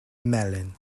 melyn